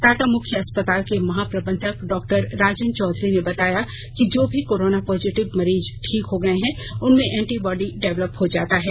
टाटा मुख्य अस्पताल के महाप्रबंधक डॉ राजन चौधरी ने बताया कि जो भी कोरोना पॉजिटिव मरीज ठीक हो गए हैं उनमें एंटीबॉडी डेवलप हो जाता है